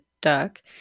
duck